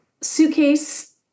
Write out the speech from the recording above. suitcase